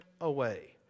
away